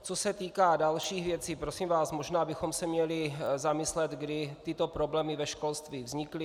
Co se týká dalších věcí, prosím vás, možná bychom se měli zamyslet, kdy tyto problémy ve školství vznikly.